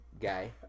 guy